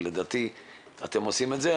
ולדעתי אתם עושים את זה,